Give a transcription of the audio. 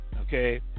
Okay